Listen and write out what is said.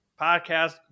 podcast